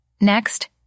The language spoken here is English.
Next